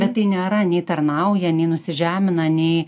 bet tai nėra nei tarnauja nei nusižemina nei